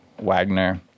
Wagner